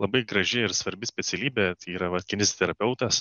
labai graži ir svarbi specialybė tai yra vat kineziterapeutas